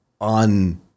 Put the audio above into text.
on